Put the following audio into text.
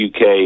UK